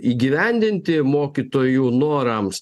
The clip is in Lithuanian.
įgyvendinti mokytojų norams